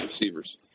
receivers